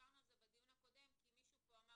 דיברנו על זה בדיון הקודם כשמישהו העלה